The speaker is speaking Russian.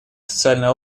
социальной